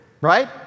right